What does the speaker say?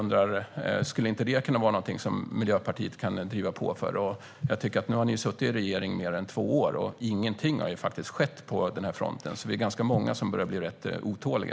Skulle inte det kunna vara någonting som Miljöpartiet kan driva på för? Nu har ni suttit i regering mer än två år, och ingenting har skett på den här fronten. Vi är ganska många som börjar bli rätt otåliga.